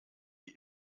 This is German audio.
sie